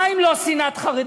מה אם לא שנאת חרדים?